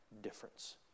difference